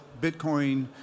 Bitcoin